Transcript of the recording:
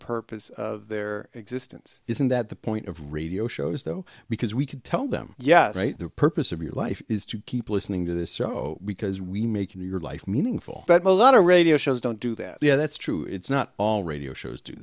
purpose of their existence isn't that the point of radio shows though because we could tell them yes right the purpose of your life is to keep listening to this show because we make your life meaningful but no letter or radio shows don't do that yeah that's true it's not all radio shows do